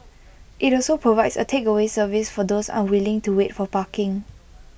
IT also provides A takeaway service for those unwilling to wait for parking